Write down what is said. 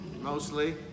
Mostly